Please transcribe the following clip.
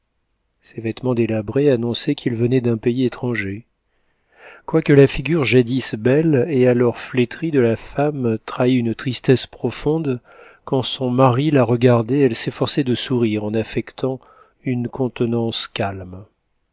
ses vêtements délabrés annonçaient qu'il venait d'un pays étranger quoique la figure jadis belle et alors flétrie de la femme trahît une tristesse profonde quand son mari la regardait elle s'efforçait de sourire en affectant une contenance calme